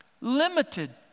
limited